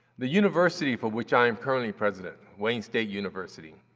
the university for which i am currently president, wayne state university,